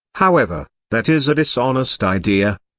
however, that is a dishonest idea.